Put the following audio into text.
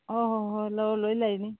ꯑꯣ ꯍꯣꯏ ꯍꯣꯏ ꯂꯧꯔꯣ ꯂꯣꯏ ꯂꯩꯅꯤ